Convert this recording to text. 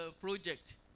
project